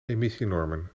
emissienormen